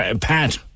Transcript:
Pat